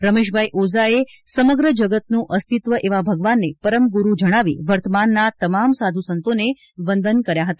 રમેશભાઇ ઓઝાએ સમગ્ર જગતનું અસ્તિત્વ એવા ભગવાનને પરમગુરુ જણાવી વર્તમાન તમામ સાધુ સંતોને વંદન કર્યા હતા